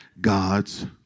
God's